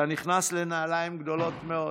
אתה נכנס לנעליים גדולות מאוד,